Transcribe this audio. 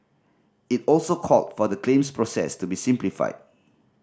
it also called for the claims process to be simplified